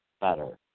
better